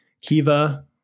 kiva